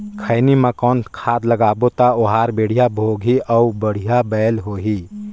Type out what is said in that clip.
खैनी मा कौन खाद लगाबो ता ओहार बेडिया भोगही अउ बढ़िया बैल होही?